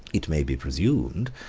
it may be presumed,